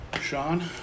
Sean